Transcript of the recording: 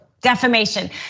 defamation